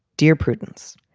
dear prudence.